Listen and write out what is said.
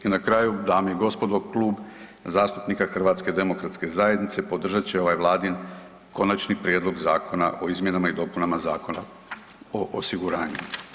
I na kraju dama i gospodo Klub zastupnika HDZ-a podržat će ovaj Vladin Konačni prijedlog Zakona o izmjenama i dopunama Zakona o osiguranju.